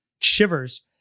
shivers